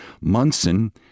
Munson